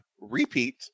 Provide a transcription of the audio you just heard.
repeat